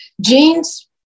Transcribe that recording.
Genes